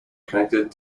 connected